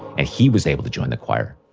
and he was able to join the choir